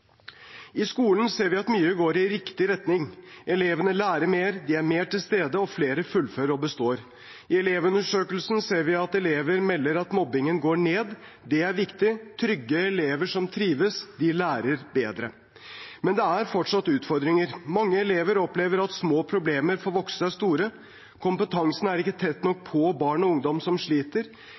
I skolen ser vi at mye går i riktig retning. Elevene lærer mer. De er mer til stede, og flere fullfører og består. I Elevundersøkelsen ser vi at elever melder at mobbingen går ned. Det er viktig. Trygge elever som trives, lærer bedre. Men det er fortsatt utfordringer. Mange elever opplever at små problemer får vokse seg store. Kompetansen er ikke tett nok på barn og ungdom som sliter.